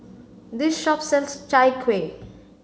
this shop sells Chai Kuih